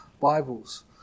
Bibles